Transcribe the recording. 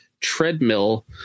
treadmill